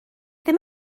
ddim